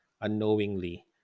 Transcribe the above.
unknowingly